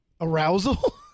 arousal